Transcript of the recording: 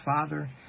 father